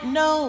no